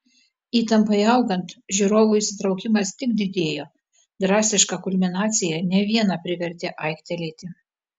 įtampai augant žiūrovų įsitraukimas tik didėjo drastiška kulminacija ne vieną privertė aiktelėti